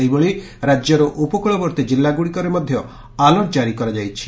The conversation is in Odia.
ସେହିଭଳି ରାଜ୍ୟର ଉପକ୍ଳବର୍ତ୍ତୀ ଜିଲ୍ଲାଗୁଡିକରେ ଆଲର୍ଟ ଜାରି କରାଯାଇଛି